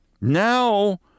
Now